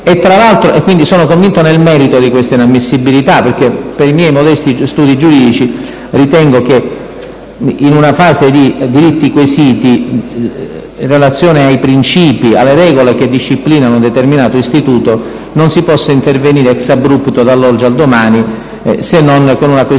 Quindi, sono convinto nel merito di questa inammissibilità, perché per i miei modesti studi giuridici ritengo che, in una fase di diritti quesiti, in relazione alle regole che disciplinano un determinato istituto, non si possa intervenire *ex abrupto* dall'oggi al domani se non con una questione